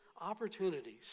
opportunities